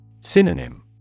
Synonym